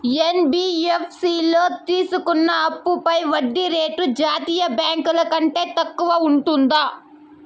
NBFC లో తీసుకున్న అప్పుపై వడ్డీ రేటు జాతీయ బ్యాంకు ల కంటే తక్కువ ఉంటుందా?